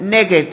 נגד